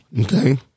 Okay